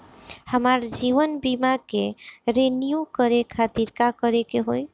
हमार जीवन बीमा के रिन्यू करे खातिर का करे के होई?